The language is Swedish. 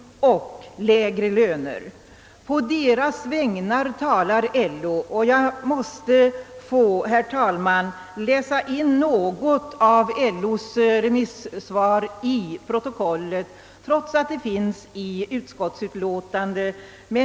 Jag måste, herr tal. man, få läsa in något av LO:s remisssvar i protokollet, trots att det finns i utskottsutlåtandet.